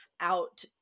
out